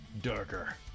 Darker